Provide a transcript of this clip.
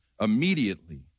immediately